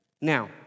Now